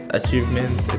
achievements